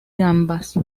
gambas